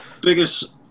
Biggest –